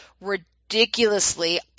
ridiculously